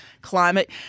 climate